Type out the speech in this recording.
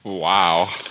Wow